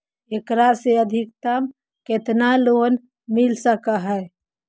एकरा से अधिकतम केतना लोन मिल सक हइ?